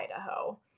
idaho